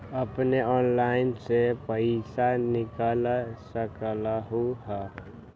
अपने ऑनलाइन से पईसा निकाल सकलहु ह?